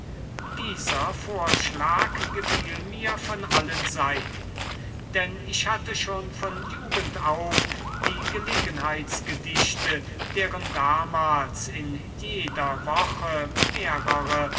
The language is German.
dieser vorschlag gefiel mir von allen seiten denn ich hatte schon von jugend auf die gelegenheitsgedichte deren damals in jeder woche mehrere